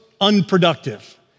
unproductive